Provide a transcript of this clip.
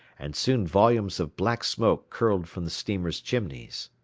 and soon volumes of black smoke curled from the steamer's chimneys.